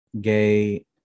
gay